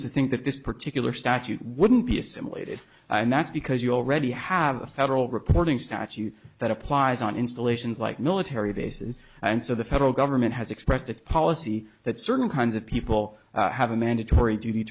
to think that this particular statute wouldn't be assimilated and that's because you already have a federal reporting statute that applies on installations like military bases and so the federal government has expressed its policy that certain kinds of people have a mandatory duty